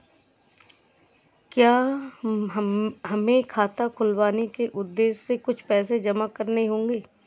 क्या हमें खाता खुलवाने के उद्देश्य से कुछ पैसे जमा करने होंगे?